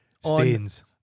Stains